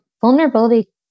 vulnerability